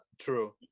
true